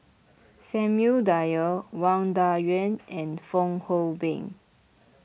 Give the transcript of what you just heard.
Samuel Dyer Wang Dayuan and Fong Hoe Beng